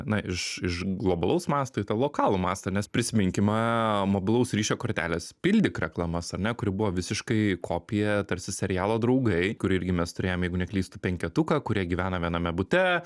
na iš iš globalaus masto į tą lokalų mastą nes prisiminkime mobilaus ryšio kortelės pildyk reklamas ar ne kuri buvo visiškai kopija tarsi serialo draugai kur irgi mes turėjom jeigu neklystu penketuką kurie gyvena viename bute